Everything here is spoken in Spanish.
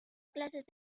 clases